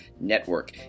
Network